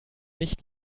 nicht